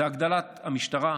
זה הגדלת המשטרה,